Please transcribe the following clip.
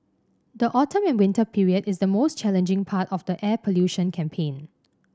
the autumn and winter period is the most challenging part of the air pollution campaign